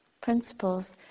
principles